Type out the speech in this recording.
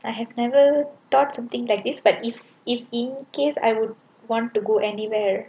I have never thought something like this but if if in case I would want to go anywhere